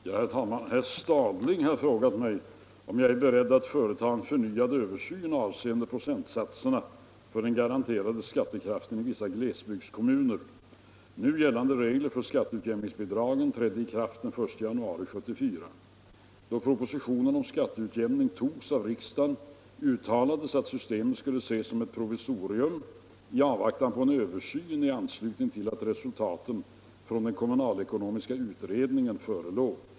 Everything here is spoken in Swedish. Herr talman! Herr Stadling har frågat mig om jag är beredd att företa en förnyad översyn avseende procentsatserna för den garanterade skattekraften i vissa glesbygdskommuner. Nu gällande regler för skatteutjämningsbidragen trädde i kraft den 1 januari 1974. Då propositionen om skatteutjämning togs av riksdagen uttalades att systemet skulle ses som ett provisorium i avvaktan på en översyn i anslutning till att resultaten från den kommunalekonomiska utredningen förelåg.